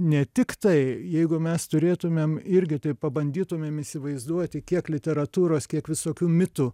ne tiktai jeigu mes turėtumėm irgi taip pabandytumėm įsivaizduoti kiek literatūros kiek visokių mitų